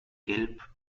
gelb